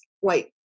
white